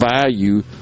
value